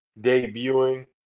debuting